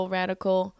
radical